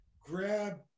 grab